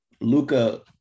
Luca